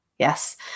Yes